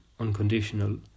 Unconditional